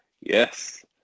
Yes